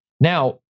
Now